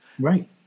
Right